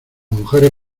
mujeres